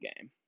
game